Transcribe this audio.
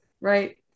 Right